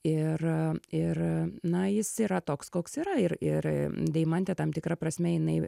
ir ir na jis yra toks koks yra ir ir deimantė tam tikra prasme jinai